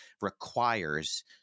requires